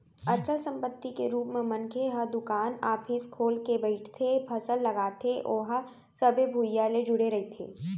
अचल संपत्ति के रुप म मनखे ह दुकान, ऑफिस खोल के बइठथे, फसल लगाथे ओहा सबे भुइयाँ ले जुड़े रहिथे